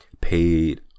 paid